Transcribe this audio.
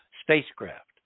spacecraft